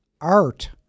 art